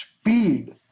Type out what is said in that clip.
speed